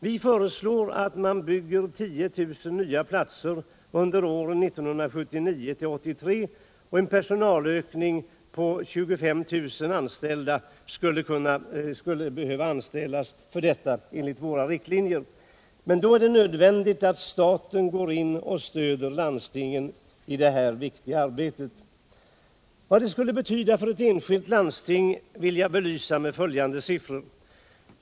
Vi föreslår att man bygger 10 000 nya platser under åren 1979-1983. För detta skulle det enligt våra riktlinjer behövas en personalökning på 25 000 anställda. Men då är det nödvändigt att staten går in och stöder landstingen i detta viktiga arbete. Vad detta skulle betyda för ett enskilt landsting vill jag belysa med följande siffror.